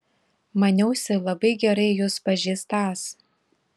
maniausi labai gerai jus pažįstąs